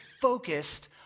focused